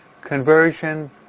conversion